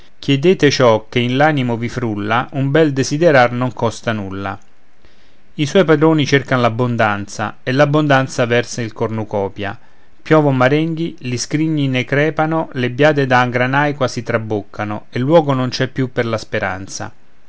chiedete ciò che in l'animo vi frulla un bel desiderar non costa nulla i suoi padroni cercan l'abbondanza e l'abbondanza versa il cornucopia piovon marenghi gli scrigni ne crepano le biade da granai quasi traboccano e luogo non c'è più per la speranza